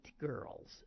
girls